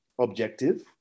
objective